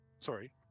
Sorry